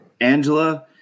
angela